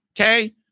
okay